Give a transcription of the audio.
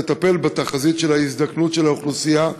לטפל בתחזית של ההזדקנות של האוכלוסייה,